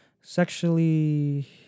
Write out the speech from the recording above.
sexually